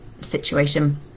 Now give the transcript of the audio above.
situation